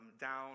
down